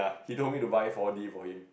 he told me to buy four-D for him